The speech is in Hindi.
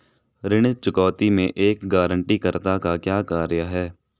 ऋण चुकौती में एक गारंटीकर्ता का क्या कार्य है?